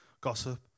gossip